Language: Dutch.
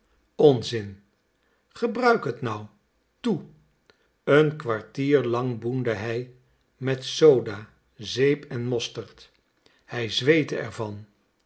onzin gebruik het nou toe een kwartier lang boende hij met soda zeep en mosterd hij zweette ervan